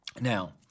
Now